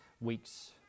weeks